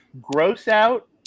gross-out